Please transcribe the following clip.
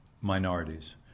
minorities